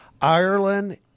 Ireland